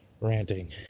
ranting